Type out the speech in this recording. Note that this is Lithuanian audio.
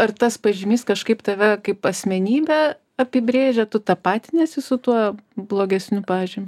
ar tas pažymys kažkaip tave kaip asmenybę apibrėžia tu tapatiniesi su tuo blogesniu pažymiu